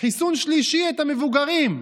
חיסון שלישי את המבוגרים,